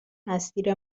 مسیر